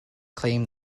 claim